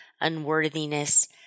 unworthiness